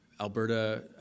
Alberta